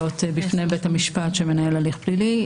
בפני בית המשפט שמנהל הליך פלילי.